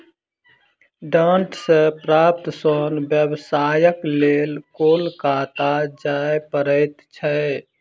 डांट सॅ प्राप्त सोन व्यवसायक लेल कोलकाता जाय पड़ैत छै